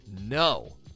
No